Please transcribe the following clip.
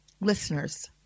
listeners